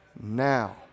now